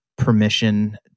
permission